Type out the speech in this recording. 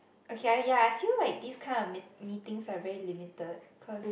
okay ya I feel like this kind of meet meetings are very limited cause